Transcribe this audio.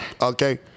Okay